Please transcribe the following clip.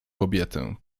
kobietę